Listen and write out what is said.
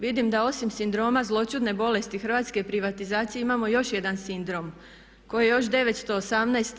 Vidim da osim sindroma zloćudne bolesti hrvatske privatizacije imamo još jedna sindrom koji je još 918.